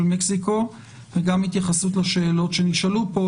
מקסיקו וגם התייחסות לשאלות שנשאלו פה.